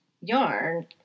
yarn